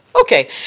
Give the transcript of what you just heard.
Okay